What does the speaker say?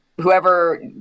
whoever